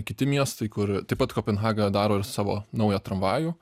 kiti miestai kur taip pat kopenhaga daro ir savo naują tramvajų